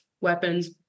weapons